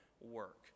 work